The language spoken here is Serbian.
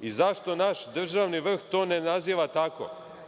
i zašto naš državni vrh to ne naziva tako. To